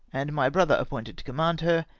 and my brother appointed to command her,